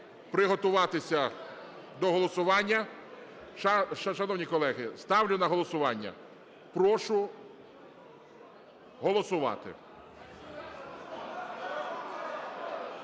приготуватися до голосування. Шановні колеги, ставлю на голосування. Прошу голосувати.